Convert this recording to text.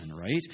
right